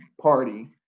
party